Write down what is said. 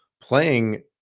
playing